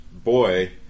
boy